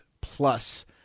Plus